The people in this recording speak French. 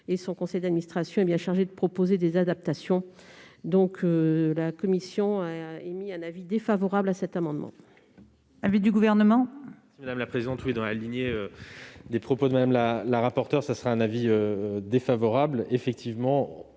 que son conseil d'administration est bien chargé de proposer des adaptations. La commission émet donc un avis défavorable sur cet amendement.